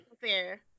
fair